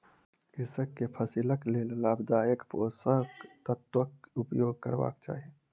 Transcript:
कृषक के फसिलक लेल लाभदायक पोषक तत्वक उपयोग करबाक चाही